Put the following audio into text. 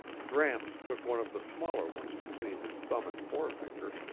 gramps took one of the smaller ones between his thumb and forefinger,